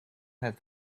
had